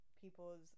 people's